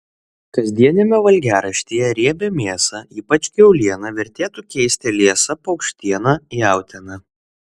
kasdieniame valgiaraštyje riebią mėsą ypač kiaulieną vertėtų keisti liesa paukštiena jautiena